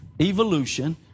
evolution